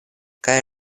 kaj